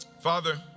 father